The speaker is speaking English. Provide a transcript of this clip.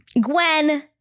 Gwen